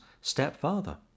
stepfather